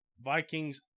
Vikings